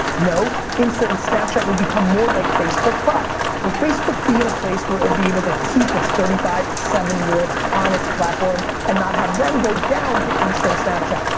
no, insta and snapchat will become more like facebook, but will facebook be in a place where it'll be able to keep it's thirty five to seventy year olds on it's platform and not have them go down to insta and snapchat.